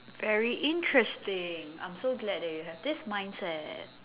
very interesting I'm so glad that you have this mindset